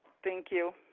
thank you.